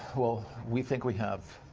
well, we think we have,